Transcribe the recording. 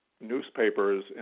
Newspapers